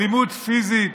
אלימות פיזית,